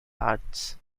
arts